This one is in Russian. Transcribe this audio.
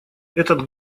этот